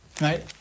right